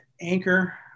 anchor